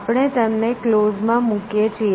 આપણે તેમને કલોઝ માં મૂકીએ છીએ